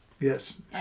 Yes